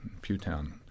Pewtown